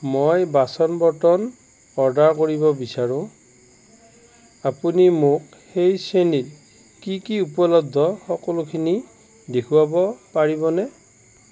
মই বাচন বৰ্তন অৰ্ডাৰ কৰিব বিচাৰো আপুনি মোক সেই শ্ৰেণীত কি কি উপলব্ধ সকলোখিনি দেখুৱাব পাৰিবনে